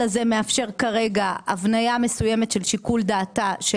הזה מאפשר כרגע הבנייה מסוימת של שיקול דעתה של